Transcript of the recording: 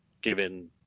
given